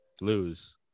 lose